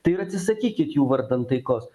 tai ir atsisakykit jų vardan taikos